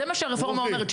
זה מה שהרפורמה אומרת,